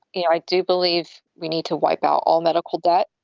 you know i do believe we need to wipe out all medical debt.